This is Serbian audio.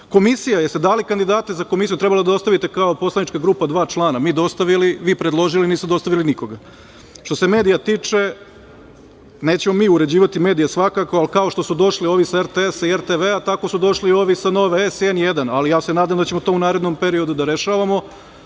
važno. Komisija. Jeste li dali kandidate za komisiju? Trebalo je da dostavite kao poslanička grupa dva člana. Mi dostavili, vi predložili i niste dostavili nikoga. Što se medija tiče, nećemo mi uređivati medije svakako, ali kao što su došli ovi sa RTS i RTV tako su došli i ovi sa Nove S i N1, ali ja se nadam da ćemo to u narednom periodu da rešavamo